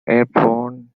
airborne